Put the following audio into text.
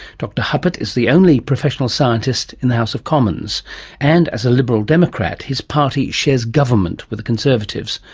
dr huppert is the only professional scientist in the house of commons and, as a liberal democrat, his party shares government with the conservatives.